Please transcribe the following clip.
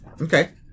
Okay